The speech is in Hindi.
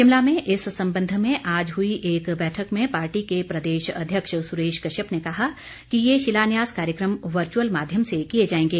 शिमला में इस संबंध में आज हुई एक बैठक में पार्टी के प्रदेश अध्यक्ष सुरेश कश्यप ने कहा कि ये शिलान्यास कार्यक्रम वर्चुअल माध्यम से किए जाएंगे